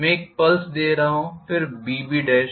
मैं एक पल्स दे रहा हूं फिर B और B